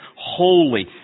holy